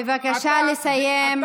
בבקשה לסיים.